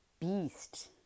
beast